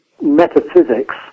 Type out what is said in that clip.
metaphysics